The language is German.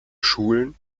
schulen